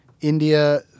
India